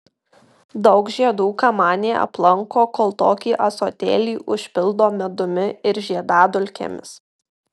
daug žiedų kamanė aplanko kol tokį ąsotėlį užpildo medumi ir žiedadulkėmis